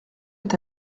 est